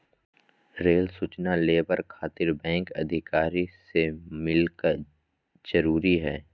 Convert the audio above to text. Rail सूचना labour खातिर bank अधिकारी से मिलक जरूरी है?